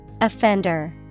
Offender